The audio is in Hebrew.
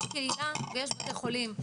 יש קהילה ויש בתי חולים.